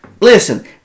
listen